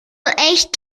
echt